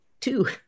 Two